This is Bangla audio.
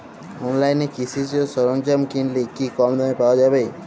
অনলাইনে কৃষিজ সরজ্ঞাম কিনলে কি কমদামে পাওয়া যাবে?